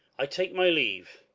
i take my leave,